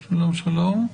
שלום, שלום.